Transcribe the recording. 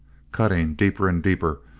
cutting deeper and deeper,